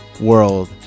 world